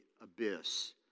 abyss